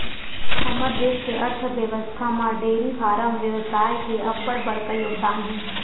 हमर देस के अर्थबेवस्था म डेयरी फारम बेवसाय के अब्बड़ बड़का योगदान हे